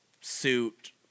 suit